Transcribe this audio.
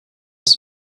als